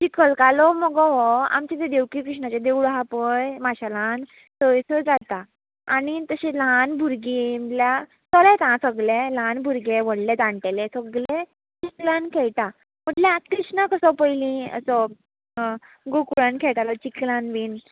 चिकलकालो मगो हो आमचे ते देवकी कृष्णाचें देवूळ आसा पळय माशेलान थंयस जाता आनी तशी ल्हान भुरगीं म्हटल्या चलेत आं सगळे ल्हान भुरगे व्हडले जाणटेले सगले चिकलान खेळटा म्हटल्यार कृष्ण कसो पयलीं असो गोकुळान खेळटालो चिकलान बीन